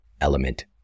Element